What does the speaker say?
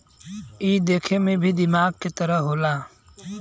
ई देखे मे भी दिमागे के तरह होला